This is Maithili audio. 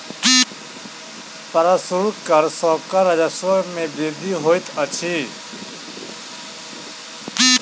प्रशुल्क कर सॅ कर राजस्व मे वृद्धि होइत अछि